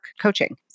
coaching